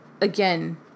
again